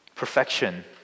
perfection